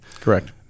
Correct